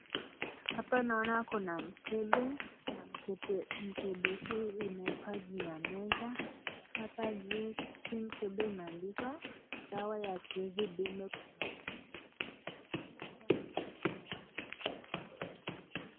Hapa naona kuna mkebe na mkebe hii imewekwa juu ya meza, hapa juu hii mkebe imeandikwa dawa ya jinsi dume kupanuka inaonekana kuwa hizi ni dawa ya dume.